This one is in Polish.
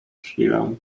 chwilę